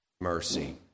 mercy